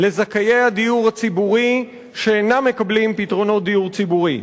לזכאי הדיור הציבורי שאינם מקבלים פתרונות דיור ציבורי.